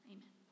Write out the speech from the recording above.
Amen